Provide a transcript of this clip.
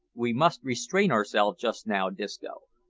we must restrain ourselves just now, disco,